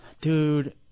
Dude